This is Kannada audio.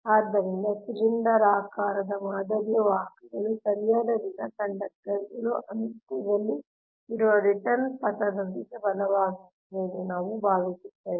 ಆದ್ದರಿಂದ ಸಿಲಿಂಡರಾಕಾರದ ಮಾದರಿಯ ವಾಹಕಗಳು ಸರಿಯಾದ ಘನ ಕಂಡಕ್ಟರ್ಗಳು ಅನಂತದಲ್ಲಿ ಇರುವ ರಿಟರ್ನ್ ಪಥದೊಂದಿಗೆ ಬಲವಾಗಿರುತ್ತವೆ ಎಂದು ನಾವು ಭಾವಿಸುತ್ತೇವೆ